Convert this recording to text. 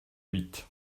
huit